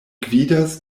gvidas